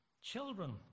children